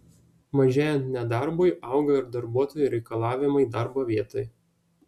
mažėjant nedarbui auga ir darbuotojų reikalavimai darbo vietai